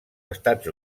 estats